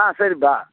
ஆ சரிப்பா